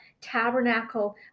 tabernacle